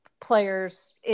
players